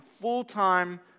full-time